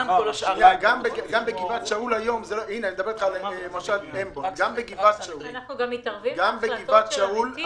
אנחנו גם מתערבים בהחלטות על המתים,